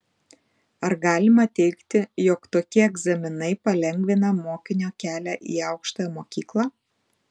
ar galima teigti jog tokie egzaminai palengvina mokinio kelią į aukštąją mokyklą